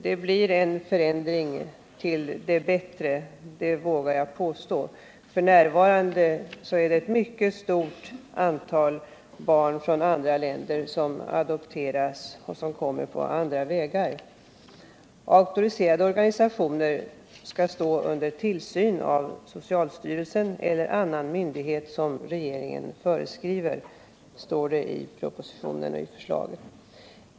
Det blir en förändring till det bättre — det vågar jag påstå. Nu är det ett mycket stort antal barn från andra länder som adopteras på andra vägar. Auktoriserade organisationer skall stå under tillsyn av socialstyrelsen eller annan myndighet som regeringen föreskriver, heter det i förslaget.